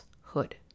Hood